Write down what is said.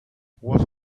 what